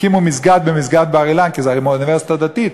הקימו מסגד באוניברסיטת בר-אילן,